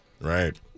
right